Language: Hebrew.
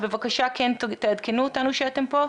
בבקשה תעדכנו אותנו שאתם פה.